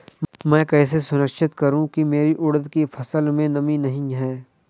मैं कैसे सुनिश्चित करूँ की मेरी उड़द की फसल में नमी नहीं है?